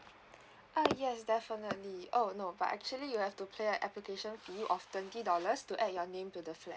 ah yes definitely oh no but actually you have to pay an application fee of twenty dollars to add your name to the flat